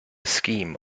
scheme